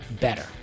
better